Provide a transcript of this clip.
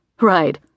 Right